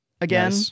again